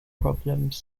problems